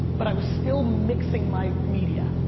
but i was still mixing my media.